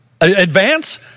Advance